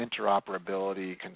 interoperability